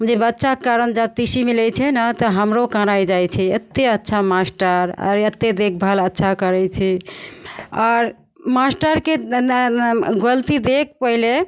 जे बच्चाके कारण जब टी सी मिलै छै ने तऽ हमरो कनै जाइ छै एतेक अच्छा मास्टर अरे एतेक देखभाल अच्छा करै छै आओर मास्टरके ने ने गलती देखि पहिले